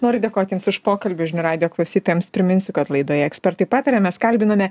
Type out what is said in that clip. noriu dėkoti jums už pokalbį žinių radijo klausytojams priminsiu kad laidoje ekspertai pataria mes kalbinome